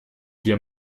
wir